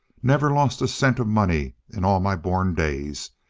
never lost a cent of money in all my born days,